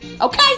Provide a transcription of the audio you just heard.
Okay